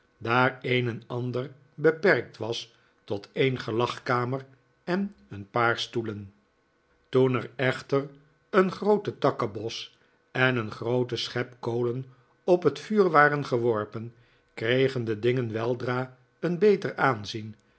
daar een en ander beperkt was tot een gelagkamer en een paar stoelen toen er echter een groote takkenbos en een groote schep kolen op het vuur waren geworpen kregen de dingen weldra een beter aanzien